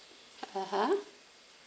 (uh huh)